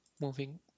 Moving